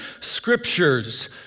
scriptures